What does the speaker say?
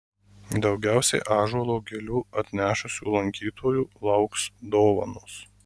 daugiausiai ąžuolo gilių atnešusių lankytojų lauks dovanos